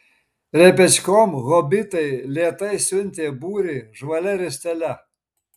repečkom hobitai lėtai siuntė būrį žvalia ristele